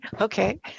Okay